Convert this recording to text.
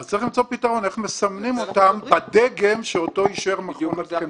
-- אז צריך למצוא פתרון איך מסמנים אותם בדגם שאותו אישר מכון התקנים.